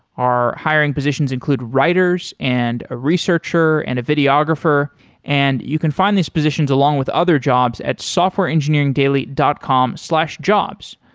our hiring positions include writers and a researcher and a videographer and you can find this positions along with other jobs at softwareengineeringdaily dot com slash jobs.